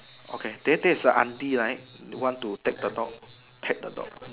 okay then there is a auntie right want to take the dog pat the dog